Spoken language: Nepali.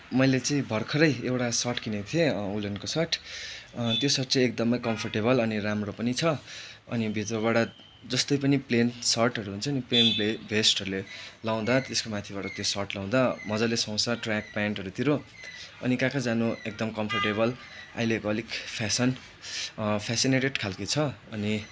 मैले चाहिँ भर्खरै एउटा सर्ट किनेको थिएँ उलनको सर्ट त्यो सर्ट चाहिँ एकदमै कम्फर्टेबल अनि राम्रो पनि छ अनि भित्रबाड जस्तै पनि प्लेन सर्टहरू हुन्छ नि प्लेन भे भेस्टहरूले लाउँदा त्यसको माथिबाट त्यो सर्ट लाउँदा मज्जाले सुहाउँछ ट्र्याक प्यान्टहरूतिर अनि कहाँ कहाँ जानु एकदम कम्फर्टेबल अहिलेको अलिक फेसन फ्यासिनेटेड खालको छ अनि